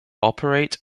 operate